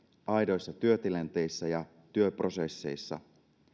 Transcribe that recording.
aidoissa työtilanteissa ja työprosesseissa